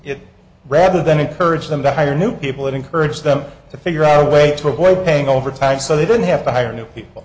it rather than encourage them to hire new people it encourages them to figure out a way to avoid paying overtime so they don't have to hire new people